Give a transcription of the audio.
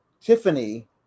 Tiffany